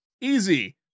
Easy